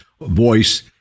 voice